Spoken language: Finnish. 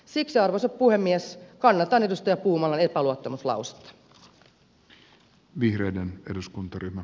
siksi arvoisa puhemies kannatan edustaja puumalan epäluottamuslausetta